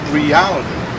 reality